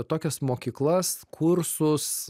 tokias mokyklas kursus